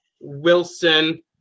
Wilson